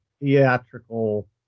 theatrical